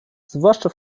zwłaszcza